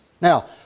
Now